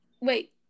wait